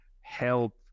help